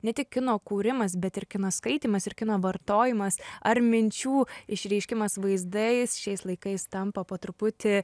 ne tik kino kūrimas bet ir kino skaitymas ir kino vartojimas ar minčių išreiškimas vaizdais šiais laikais tampa po truputį